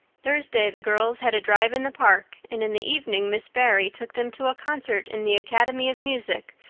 thursday the girls had a drive in the park, and in the evening miss barry took them to a concert in the academy of music,